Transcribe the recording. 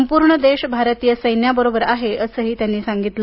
संपूर्ण देश भारतीय सैन्याबरोबर आहे असंही त्यांनी सांगितलं